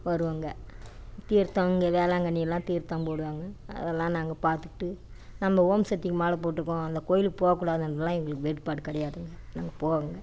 வருவோங்க தீர்த்தம் அங்கே வேளாங்கண்ணிலெலாம் தீர்த்தம் போடுவாங்க அதெல்லாம் நாங்கள் பார்த்துக்கிட்டு நம்ம ஓம் சக்திக்கு மாலைப் போட்டிருக்கோம் அந்தக் கோயிலுக்கு போகக்கூடாதுன்லாம் எங்களுக்கு வேறுபாடு கிடையாதுங்க நாங்கள் போவோங்க